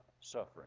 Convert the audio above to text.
suffering